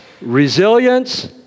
resilience